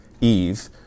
Eve